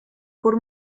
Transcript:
por